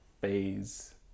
phase